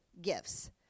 gifts